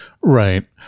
right